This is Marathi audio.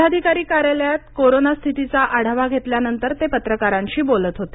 जिल्हाधिकारी कार्यालयात कोरोना स्थितीचा आढावा घेतल्यानंतर ते पत्रकारांशी बोलत होते